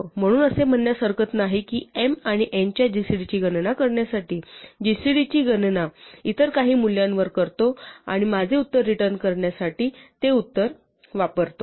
म्हणून असे म्हणण्यास हरकत नाही की m आणि n च्या gcd ची गणना करण्यासाठी gcd ची गणना इतर काही मूल्यांवर करतो आणि माझे उत्तर रिटर्न करण्यासाठी ते उत्तर वापरतो